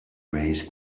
raise